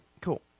cool